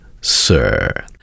sir